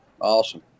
Awesome